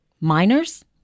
minors